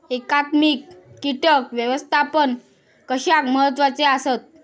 एकात्मिक कीटक व्यवस्थापन कशाक महत्वाचे आसत?